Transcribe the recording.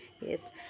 Yes